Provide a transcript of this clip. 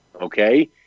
okay